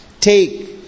take